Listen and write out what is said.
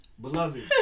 beloved